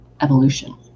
evolution